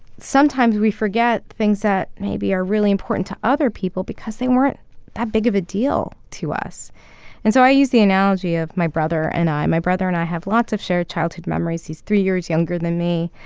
sometimes we forget things that maybe are really important to other people because they weren't that big of a deal to us and so i use the analogy of my brother and i. my brother and i have lots of shared childhood memories. he's three years younger than me.